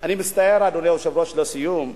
אני מצטער, אדוני היושב-ראש, על הסיום,